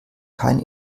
kein